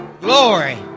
Glory